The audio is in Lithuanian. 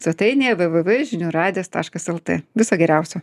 svetainėje v v v žinių radijas taškas lt viso geriausio